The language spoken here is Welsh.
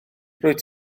rwyt